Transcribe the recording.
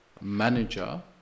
manager